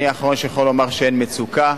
אני האחרון שיכול לומר שאין מצוקה.